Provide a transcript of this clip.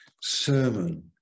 sermon